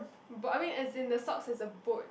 boat I mean as in the socks has a boat